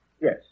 Yes